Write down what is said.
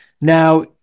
Now